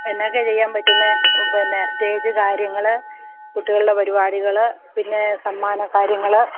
എന്നാ ഒക്കെ ചെയ്യാൻ പറ്റുന്നത് പിന്നെ സ്റ്റേജ് കാര്യങ്ങൾ കുട്ടികളുടെ പരിപാടികൾ പിന്നെ സമ്മാനം കാര്യങ്ങൾ